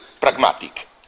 pragmatic